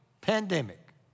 pandemic